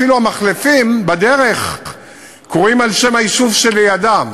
אפילו המחלפים בדרך קרויים על שם היישוב שלידם: